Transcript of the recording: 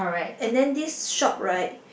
and then this shop right